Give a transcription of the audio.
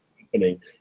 happening